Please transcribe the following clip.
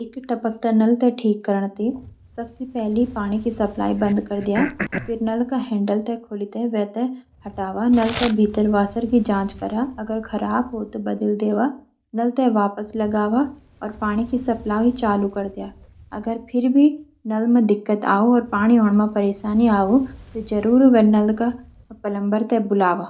एक टपकता नाल ते ठीक करण ते सब सी पेली पानी की सपलाई बंद कर द्या.फिर नौल का हेंडल ते खोलिक वेते हटावा नाल का भीतर वासर की जंच करा अगर खराब हो तब बदली देवा.नाल ते वापस लगवा और पानी की सपलाई चालू करा। अगर फिर भी दिक्क्त आवोनी तब पेशावर ते बुलावा।